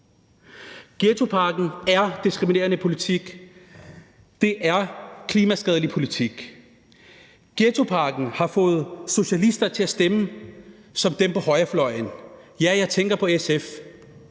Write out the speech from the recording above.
Ghettopakken er diskriminerende politik, det er klimaskadelig politik. Ghettopakken har fået socialister til at stemme som dem på højrefløjen – ja, jeg tænker på SF.